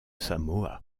samoa